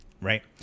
right